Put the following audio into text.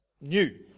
new